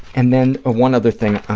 and then one other thing.